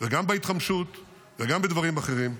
וגם בהתחמשות וגם בדברים אחרים,